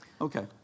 Okay